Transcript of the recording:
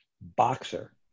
boxer